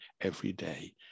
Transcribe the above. everyday